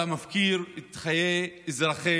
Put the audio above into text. אתה מפקיר את חיי אזרחי